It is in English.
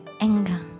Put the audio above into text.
anger